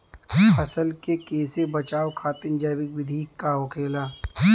फसल के कियेसे बचाव खातिन जैविक विधि का होखेला?